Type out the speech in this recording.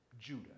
Judah